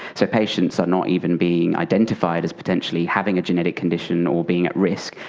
so patients are not even being identified as potentially having a genetic condition or being at risk,